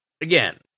again